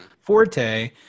forte